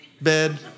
bed